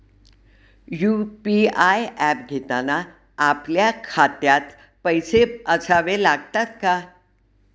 UPI app घेताना आपल्या खात्यात पैसे असावे लागतात का?